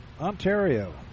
Ontario